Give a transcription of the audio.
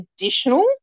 additional